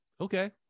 Okay